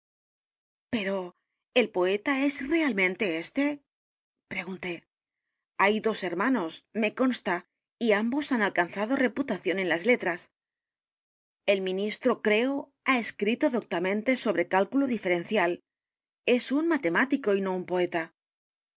o el poeta es realmente éste pregunté hay dos h e r m a n o s me consta y a m b o s han alcanzado reputación en las letras el ministro creo ha escrito doctamente sobre cálculo diferencial e s un matemático y no un poeta